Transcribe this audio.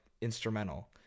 instrumental